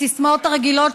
הסיסמאות הרגילות,